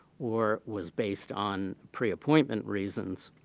or was based on pre-appointment reasons,